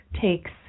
takes